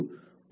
5 ಆಗಿರುತ್ತದೆ